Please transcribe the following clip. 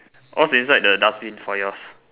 what's inside the dustbin for yours